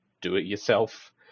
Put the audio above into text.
do-it-yourself